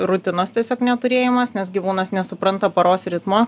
rutinos tiesiog neturėjimas nes gyvūnas nesupranta paros ritmo